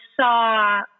saw